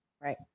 Right